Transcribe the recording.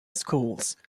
schools